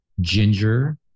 ginger